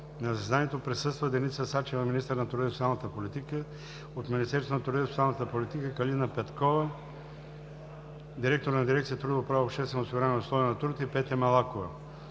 На заседанието присъства Деница Сачева – министър на труда и социалната политика; от Министерството на труда и социалната политика – Калина Петкова, директор на дирекция „Трудово право, обществено осигуряване и условия на труд“, и Петя Малакова;